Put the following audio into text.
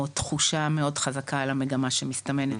או תחושה מאוד חזקה על המגמה שמסתמנת.